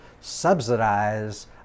subsidize